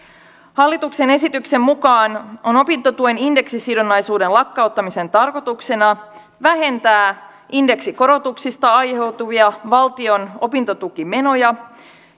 hallituksen esityksen mukaan opintotuen indeksisidonnaisuuden lakkauttamisen tarkoituksena on vähentää indeksikorotuksista aiheutuvia valtion opintotukimenoja